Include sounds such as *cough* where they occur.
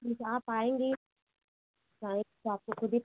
ठीक है आप आएँगी *unintelligible* तो आपको खुदी